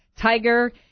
Tiger